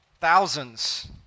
Thousands